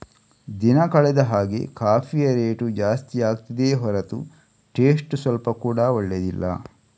ದಿನ ಕಳೆದ ಹಾಗೇ ಕಾಫಿಯ ರೇಟು ಜಾಸ್ತಿ ಆಗ್ತಿದೆಯೇ ಹೊರತು ಟೇಸ್ಟ್ ಸ್ವಲ್ಪ ಕೂಡಾ ಒಳ್ಳೇದಿಲ್ಲ